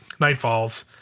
Nightfalls